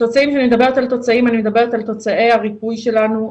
לגבי התוצאים אני מדברת על תוצאי הריפוי שלנו.